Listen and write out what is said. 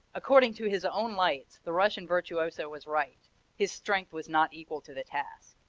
according to his own lights the russian virtuoso was right his strength was not equal to the task,